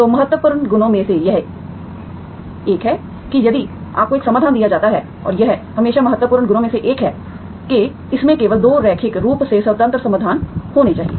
तो महत्वपूर्ण गुणों में से एक यह है कि यदि आपको एक समाधान दिया जाता है और यह हमेशा महत्वपूर्ण गुणों में से एक है कि इसमें केवल 2 रैखिक रूप से स्वतंत्र समाधान होने चाहिए